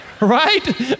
Right